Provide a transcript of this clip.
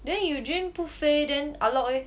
then eugene 不飞 then ah lok leh